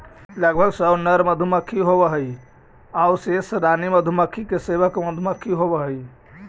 लगभग सौ नर मधुमक्खी होवऽ हइ आउ शेष रानी मधुमक्खी के सेवक मधुमक्खी होवऽ हइ